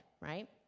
right